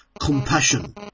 compassion